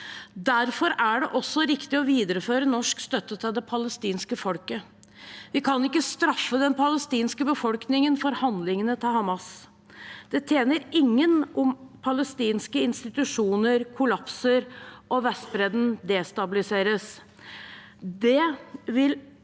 Derfor er det også riktig å videreføre norsk støtte til det palestinske folket. Vi kan ikke straffe den palestinske befolkningen for handlingene til Hamas. Det tjener ingen om palestinske institusjoner kollapser og Vestbredden destabiliseres.